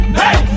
hey